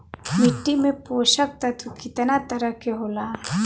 मिट्टी में पोषक तत्व कितना तरह के होला?